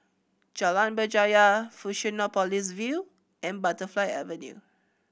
Jalan Berjaya Fusionopolis View and Butterfly Avenue